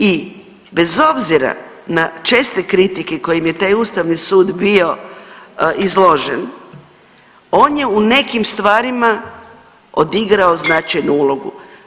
I bez obzira na česte kritike kojima je taj Ustavni sud bio izložen on je u nekim stvarima odigrao značajnu ulogu.